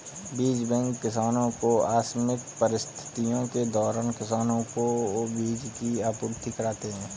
बीज बैंक किसानो को आकस्मिक परिस्थितियों के दौरान किसानो को बीज की आपूर्ति कराते है